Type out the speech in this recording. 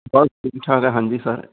ਬਸ ਠੀਕ ਠਾਕ ਹੈ ਹਾਂਜੀ ਸਰ